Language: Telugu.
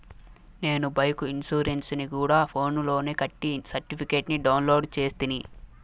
నేను బైకు ఇన్సూరెన్సుని గూడా ఫోన్స్ లోనే కట్టి సర్టిఫికేట్ ని డౌన్లోడు చేస్తిని